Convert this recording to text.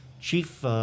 Chief